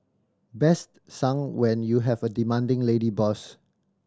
best sung when you have a demanding lady boss